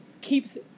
keeps